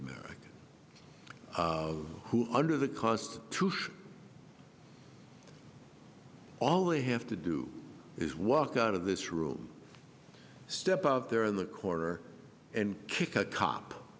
americans who under the constitution all they have to do is walk out of this room step out there on the corner and kick a cop